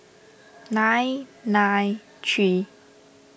nine nine three